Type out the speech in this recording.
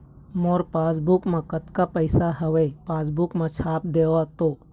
मोर passbook मा कतका पैसा हवे पासबुक मा छाप देव तो?